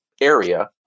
area